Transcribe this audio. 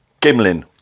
Gimlin